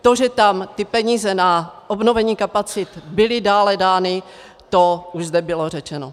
To, že tam ty peníze na obnovení kapacit byly dále dány, to už zde bylo řečeno.